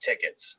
tickets